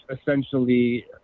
essentially